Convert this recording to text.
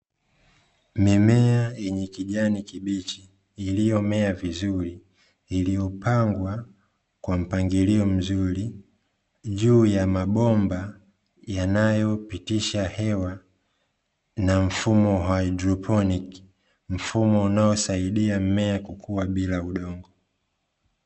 Mimea yenye kijani kibichi iliyomea vizuri, iliyopangwa kwa mpangilio mzuri juu ya mabomba yanayopitisha hewa na mfumo wa haidroponi, mfumo unaosaidia mmea kukua bila udongo.